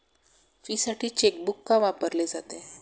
फीसाठी चेकबुक का वापरले जाते?